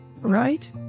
right